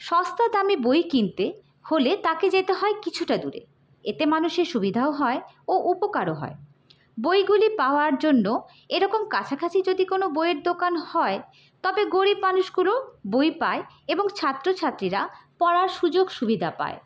সস্তা দামে বই কিনতে হলে তাকে যেতে হয় কিছুটা দূরে এতে মানুষের সুবিধাও হয় ও উপকারও হয় বইগুলি পাওয়ার জন্য এরকম কাছাকাছি যদি কোনো বইয়ের দোকান হয় তবে গরিব মানুষগুলো বই পায় এবং ছাত্রছাত্রীরা পড়ার সুযোগ সুবিধা পায়